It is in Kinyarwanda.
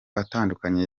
atandukanye